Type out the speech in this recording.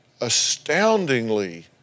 astoundingly